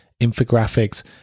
infographics